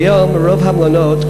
כיום רוב המלונות,